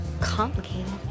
complicated